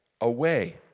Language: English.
away